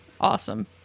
awesome